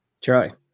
Charlie